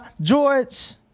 George